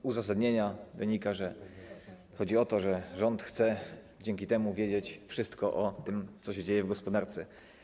Z uzasadnienia wynika, że chodzi o to, że rząd chce dzięki temu wiedzieć wszystko o tym, co się dzieje w gospodarce.